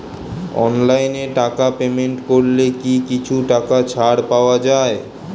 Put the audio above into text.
অনলাইনে টাকা পেমেন্ট করলে কি কিছু টাকা ছাড় পাওয়া যায়?